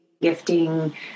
gifting